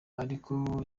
ariko